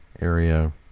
area